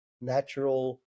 natural